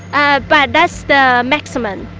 ah but that's the maximum